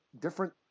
different